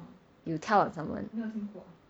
you tell on someone